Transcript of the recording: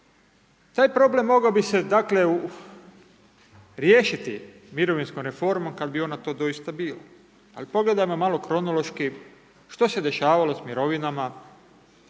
Taj problem mogao bi se dakle, riješiti mirovinskom reformom, kada bi ona to doista bila, ali pogledamo malo kronološki što se dešavalo s mirovinama